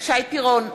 שי פירון,